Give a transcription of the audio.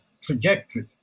trajectory